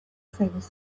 things